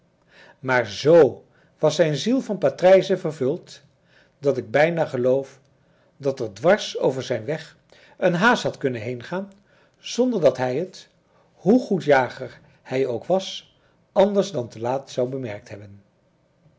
maar z was zijn ziel van patrijzen vervuld dat ik bijna geloof dat er dwars over zijn weg een haas had kunnen heengaan zonder dat hij het hoe goed jager hij ook was anders dan te laat zou bemerkt hebben